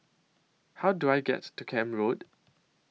How Do I get to Camp Road